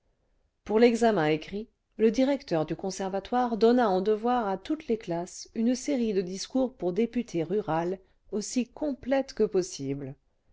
pour l'examen écrit le directeur du conservatoire donna en devoir à toutes les classes une série de discours pour député rural aussi complète que possible